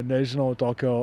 nežinau tokio